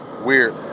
weird